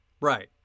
Right